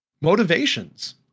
motivations